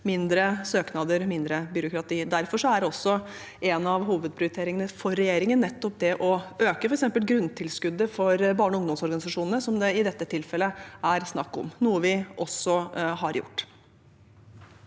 færre søknader og mindre byråkrati. Derfor er en av hovedprioriteringene for regjeringen nettopp det å øke f.eks. grunntilskuddet for barne- og ungdomsorganisasjonene, som det i dette tilfellet er snakk om – noe vi også har gjort.